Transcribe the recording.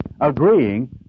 agreeing